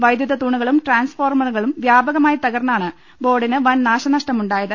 വൈദ്യുത തൂണുകളും ട്രാൻസ്ഫോർമറുകളും വ്യാപക മായി തകർന്നാണ് ബോർഡിന് വൻനാശനഷ്ടമുണ്ടായത്